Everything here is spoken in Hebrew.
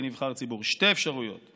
כנבחר ציבור: הראשונה,